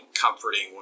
comforting